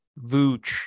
Vooch